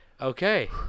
Okay